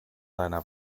deiner